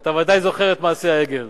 אתה ודאי זוכר את מעשה העגל.